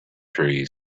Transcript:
trees